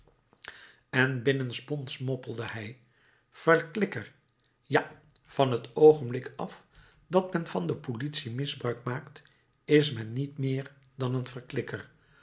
en binnensmonds mompelde hij verklikker ja van het oogenblik af dat men van de politie misbruik maakt is men niet meer dan een verklikker